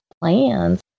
plans